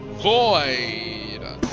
Void